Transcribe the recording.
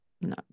no